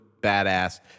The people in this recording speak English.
badass